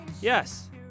Yes